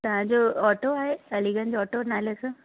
तव्हांजो ऑटो आहे अलीगंज ऑटो नाले सां